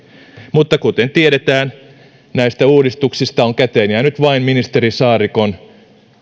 mutta kuten tiedetään näistä uudistuksista on käteen jäänyt vain ministeri saarikon